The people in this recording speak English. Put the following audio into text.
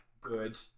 good